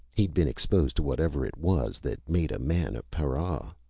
he'd been exposed to whatever it was that made a man a para.